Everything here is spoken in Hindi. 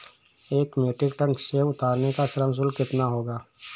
एक मीट्रिक टन सेव उतारने का श्रम शुल्क कितना होगा?